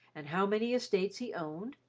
and how many estates he owned,